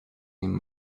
him